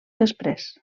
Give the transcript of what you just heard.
després